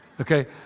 Okay